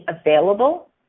available